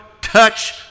touch